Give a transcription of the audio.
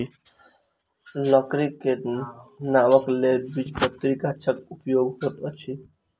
लकड़ी के नावक लेल द्विबीजपत्री गाछक उपयोग होइत अछि